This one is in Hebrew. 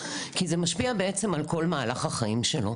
כי זה משפיע בעצם על כל מהלך החיים שלו,